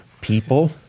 people